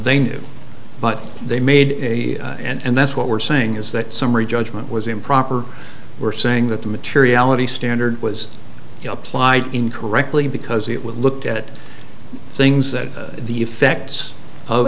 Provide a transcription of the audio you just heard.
they knew but they made and that's what we're saying is that summary judgment was improper we're saying that the materiality standard was applied in correctly because it was looked at things that the effects of